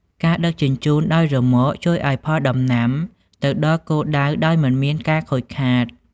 ការដឹកជញ្ជូនដោយរ៉ឺម៉កជួយឱ្យផលដំណាំទៅដល់គោលដៅដោយមិនមានការខូចខាត។